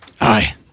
Aye